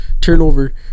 turnover